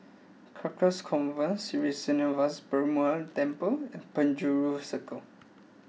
Carcasa Convent Sri Srinivasa Perumal Temple and Penjuru Circle